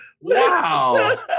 wow